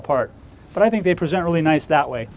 ballpark but i think they present really nice that way